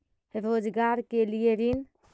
रोजगार के लिए ऋण?